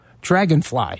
dragonfly